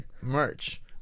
Merch